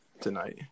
tonight